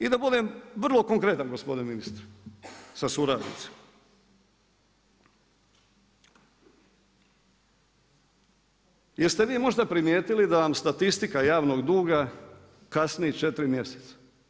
I da budem vrlo konkretan gospodine ministre sa suradnicom, jeste vi možda primijetili da vam statistika javnog duga kasni četiri mjeseca?